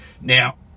now